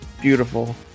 beautiful